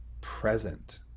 present